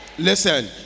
Listen